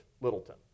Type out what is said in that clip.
Littleton